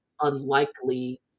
unlikely